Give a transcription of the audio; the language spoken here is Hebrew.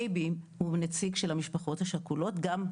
אייבי הוא נציג של המשפחות השכולות, גם,